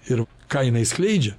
ir ką jinai skleidžia